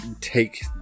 take